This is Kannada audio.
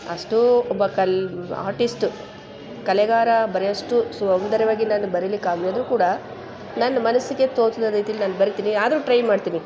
ಅಷ್ಟು ಒಬ್ಬ ಕಲ್ ಆರ್ಟಿಸ್ಟ್ ಕಲೆಗಾರ ಬರೆಯೋಷ್ಟು ಸೌಂದರ್ಯವಾಗಿ ನಾನು ಬರಿಲಿಕ್ಕೆ ಆಗದಿದ್ರು ಕೂಡ ನನ್ನ ಮನಸ್ಸಿಗೆ ತೋಚಿದ ರೀತಿಯಲ್ಲಿ ನಾನು ಬರಿತೀನಿ ಆದರೂ ಟ್ರೈ ಮಾಡ್ತೀನಿ